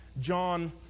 John